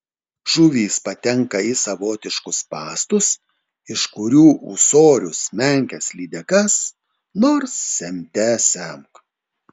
žuvys patenka į savotiškus spąstus iš kurių ūsorius menkes lydekas nors semte semk